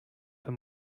für